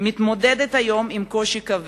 מתמודדת היום עם קושי כבד.